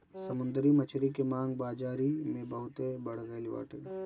समुंदरी मछरी के मांग बाजारी में बहुते बढ़ गईल बाटे